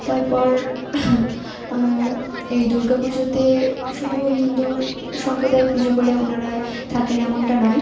তারপর এই দুর্গা পুজোতে শুধু হিন্দুর সম্প্রদায়ের পুজো বলে ওনারাই থাকেন এমনটা নয়